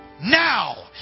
now